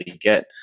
get